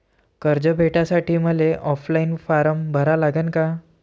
कर्ज भेटासाठी मले ऑफलाईन फारम भरा लागन का?